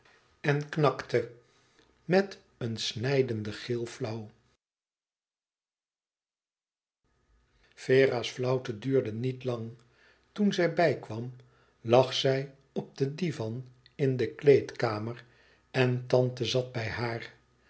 en knakte met een snijdenden gil flauw vera's flauwte duurde niet lang toen zij bijkwam lag zij op den divan in de kleedkamer en tante zat bij haar